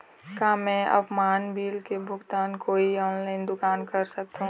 का मैं आपमन बिल के भुगतान कोई ऑनलाइन दुकान कर सकथों?